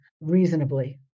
reasonably